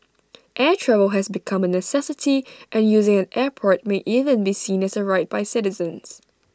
air travel has become A necessity and using an airport may even be seen as A right by citizens